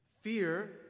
Fear